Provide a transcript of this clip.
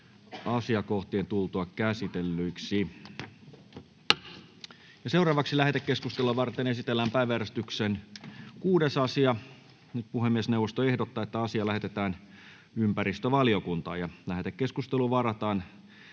annetaan tukea. — Kiitos. Lähetekeskustelua varten esitellään päiväjärjestyksen 10. asia. Puhemiesneuvosto ehdottaa, että asia lähetetään hallintovaliokuntaan. Lähetekeskusteluun varataan